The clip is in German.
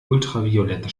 ultraviolette